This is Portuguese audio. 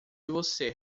você